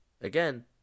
Again